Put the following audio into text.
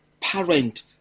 parent